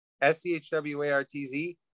s-c-h-w-a-r-t-z